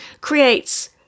creates